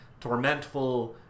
tormentful